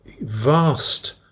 vast